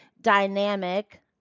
dynamic